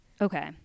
okay